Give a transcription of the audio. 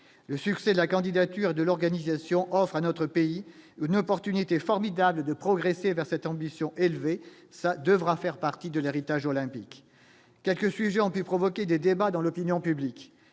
le succès de la candidature de l'organisation offre à notre pays une opportunité formidable de progresser vers cette ambition élevée, ça devra faire partie de l'héritage olympique quelques sujets ont pu provoquer des débats dans l'opinion publique,